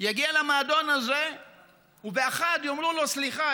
יגיע למועדון הזה ובאחת יאמרו לו: סליחה,